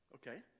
Okay